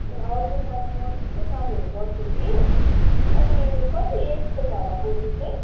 ए हजुर म्याम म त्यस्तो कामहरू गर्छु कि अनि कति एजको छ होला बज्यू चाहिँ